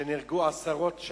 שבה נהרגו עשרות?